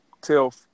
tell